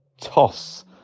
toss